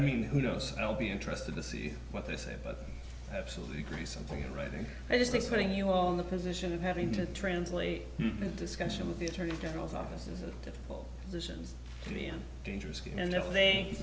mean who knows i'll be interested to see what they say but absolutely agree something in writing i just think setting you on the position of having to translate that discussion with the attorney general's office is a difficult decisions to be and dangerous and th